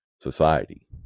Society